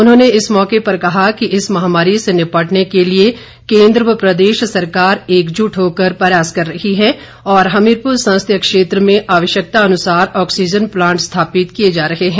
उन्होंने इस मौके पर कहा कि इस महामारी से निपटने के लिए केंद्र व प्रदेश सरकार एक जुट होकर प्रयास कर रही है और हमीरपुर संसदीय क्षेत्र में आवश्यकता अनुसार ऑक्सीजन प्लांट स्थापित किए जा रहे हैं